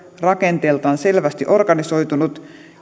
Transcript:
rakenteeltaan selvästi organisoitunut